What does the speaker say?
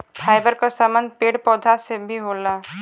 fibre क संबंध पेड़ पौधा से भी होला